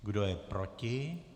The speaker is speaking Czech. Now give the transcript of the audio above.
Kdo je proti?